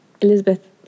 Elizabeth